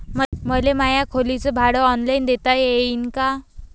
मले माया खोलीच भाड ऑनलाईन देता येईन का?